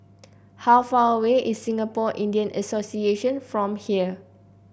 how far away is Singapore Indian Association from here